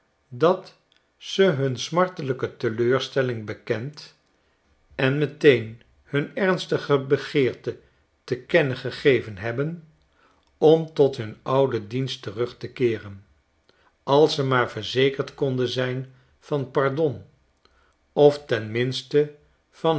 dat ze hun smartehjke teleurstelling bekend en meteen hun ernstige begeerte te kennen gegeven hebben om tot hun ouden dienst terug te keeren als ze maar verzekerd konden zijn van pardon of ten minste van